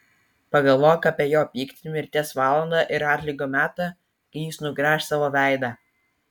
pagalvok apie jo pyktį mirties valandą ir atlygio metą kai jis nugręš savo veidą